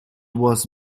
was